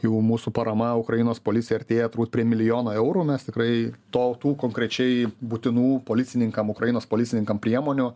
jau mūsų parama ukrainos policijai artėja turbūt prie milijono eurų mes tikrai to tų konkrečiai būtinų policininkam ukrainos policininkam priemonių